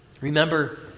Remember